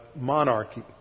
monarchy